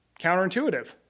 counterintuitive